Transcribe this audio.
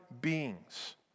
beings